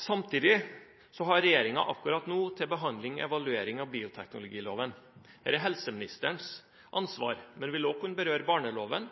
Samtidig har regjeringen akkurat nå evalueringen av bioteknologiloven til behandling.